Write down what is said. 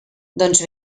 doncs